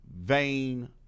vain